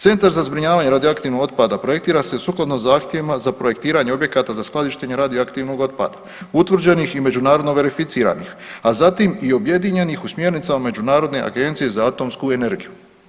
Centar za zbrinjavanje radioaktivnog otpada projektira se sukladno zahtjevima za projektiranje objekata za skladištenje radioaktivnog otpada, utvrđenih i međunarodno verificiranih, a zatim i objedinjenih u smjernicama Međunarodne agencije za atomsku energiju.